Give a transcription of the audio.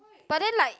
but then like